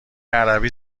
عربی